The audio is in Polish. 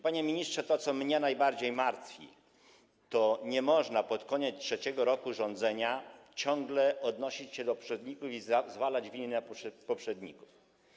Panie ministrze, jest coś, co mnie najbardziej martwi - no nie można pod koniec trzeciego roku rządzenia ciągle odnosić się do poprzedników, nie można zwalać winy na poprzedników.